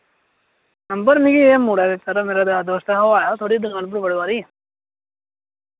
number मिकी एह् मुड़ै दित्ता मेरा यार दोस्त ऐ ओ आया थोआड़ी दुकान उप्पर बड़ी बारी